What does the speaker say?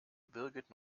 birgit